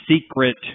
secret